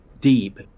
deep